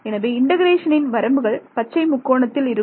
எனவே இண்டெகரேஷனின் வரம்புகள் பச்சை முக்கோணத்தில் இருக்கும்